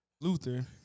Luther